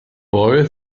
boy